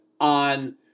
on